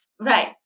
Right